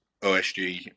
OSG